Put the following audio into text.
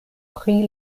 pri